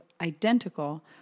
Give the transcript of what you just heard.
identical